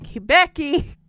Becky